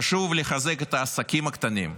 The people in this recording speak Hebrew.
חשוב לחזק את העסקים הקטנים,